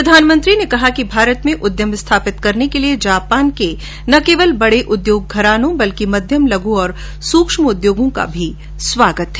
प्रधानमंत्री ने कहा है कि भारत में उद्यम स्थापित करने के लिए जापान के न केवल बड़े उद्योग घरानों बल्कि मध्यम लघु और सूक्ष्म उद्योगों का भी स्वागत है